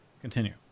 continue